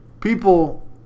people